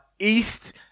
east